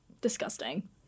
Disgusting